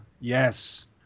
Yes